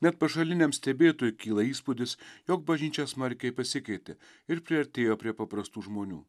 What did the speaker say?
net pašaliniam stebėtojui kyla įspūdis jog bažnyčia smarkiai pasikeitė ir priartėjo prie paprastų žmonių